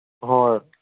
ꯍꯣꯏ